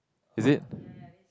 is it